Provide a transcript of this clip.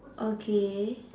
okay